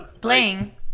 Playing